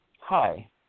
Hi